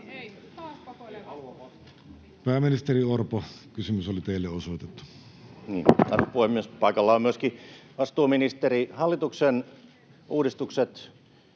Pääministeri Orpo, kysymys oli teille osoitettu. Arvoisa puhemies! Paikalla on myöskin vastuuministeri. — Hallituksen uudistukset